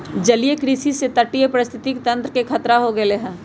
जलीय कृषि से तटीय पारिस्थितिक तंत्र के खतरा हो गैले है